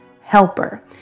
helper